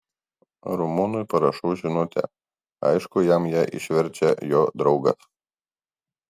rumunui parašau žinutę aišku jam ją išverčia jo draugas